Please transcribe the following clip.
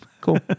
Cool